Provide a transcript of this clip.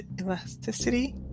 elasticity